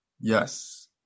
Yes